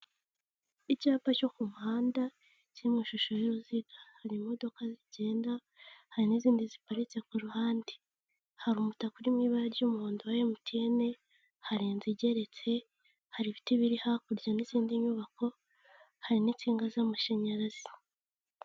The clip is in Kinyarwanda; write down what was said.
Icyapa cyo ku muhanda kiri mu ishusho y'uruziga, hari imodoka zigenda, hari n'izindi ziparitse ku ruhande, hari umutaka uri mu ibara ry'umuhondo wa MTN, hari inzu igeretse, hari ibiti biri hakurya n'izindi nyubako, hari n'insinga z'amashanyarazi.